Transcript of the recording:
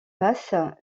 passe